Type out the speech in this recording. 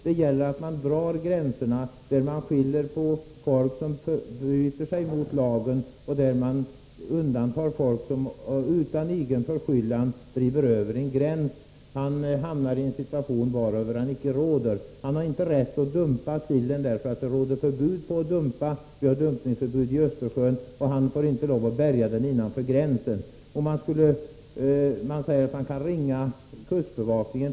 Det gäller att dra gränserna så att man kan skilja på den som förbryter sig mot lagen och den som utan egen förskyllan driver över en gräns. Den senare hamnar i en situation varöver han icke råder. Han har inte rätt att dumpa sillen, eftersom det råder förbud mot att dumpa i Östersjön, och han får inte lov att bärga sillen innanför gränsen. Här har sagts att man kan ringa kustbevakningen.